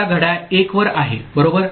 आता घड्याळ 1 वर आहे बरोबर